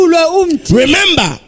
Remember